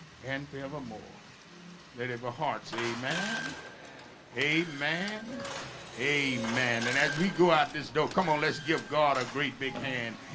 and forevermore that ever hearts a man a man a man and as we go out this door, come on, let's give god a great big hand.